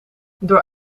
door